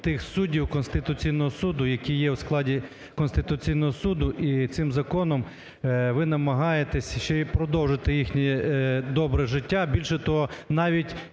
тих суддів Конституційного Суду, які є в складі Конституційного Суду, і цим законом ви намагаєтесь ще й продовжити їхнє "добре життя", більше того, навіть